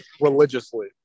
religiously